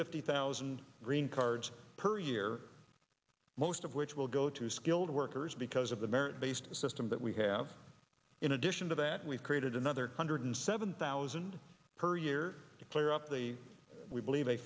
fifty thousand green cards per year most of which will go to skilled workers because of the merit based system that we have in addition to that we've created another hundred seven thousand per year to clear up the we believe a